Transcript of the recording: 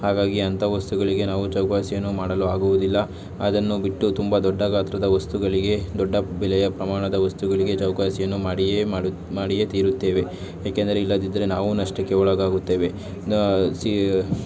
ಹಾಗಾಗಿ ಅಂಥ ವಸ್ತುಗಳಿಗೆ ನಾವು ಚೌಕಾಸಿಯನ್ನು ಮಾಡಲು ಆಗುವುದಿಲ್ಲ ಅದನ್ನು ಬಿಟ್ಟು ತುಂಬ ದೊಡ್ಡ ಗಾತ್ರದ ವಸ್ತುಗಳಿಗೆ ದೊಡ್ಡ ಬೆಲೆಯ ಪ್ರಮಾಣದ ವಸ್ತುಗಳಿಗೆ ಚೌಕಾಸಿಯನ್ನು ಮಾಡಿಯೇ ಮಾಡು ಮಾಡಿಯೇ ತಿರುತ್ತೇವೆ ಏಕೆಂದರೆ ಇಲ್ಲದಿದ್ದರೆ ನಾವು ನಷ್ಟಕ್ಕೆ ಒಳಗಾಗುತ್ತೇವೆ